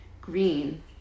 Green